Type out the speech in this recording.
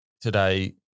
today